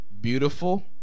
beautiful